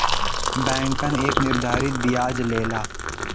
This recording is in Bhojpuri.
बैंकन एक निर्धारित बियाज लेला